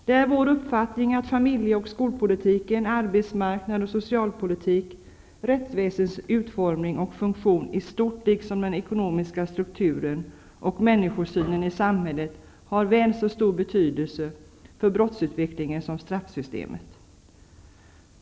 Det är vår uppfattning att familje och skolpolitik, arbetmarknads och socialpolitik, rättsväsendets utformning och funktion i stort liksom den ekonomiska strukturen och människosynen i samhället har väl så stor betydelse för brottsutvecklingen som straffsystemet.